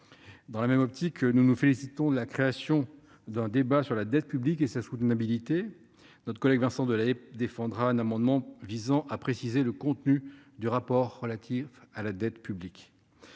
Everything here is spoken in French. Dans la même optique, nous nous félicitons de la création d'un débat sur la dette publique et sa soutenabilité. Notre collègue Vincent Delahaye défendra un amendement, visant à préciser le contenu du rapport relatif à la dette publique.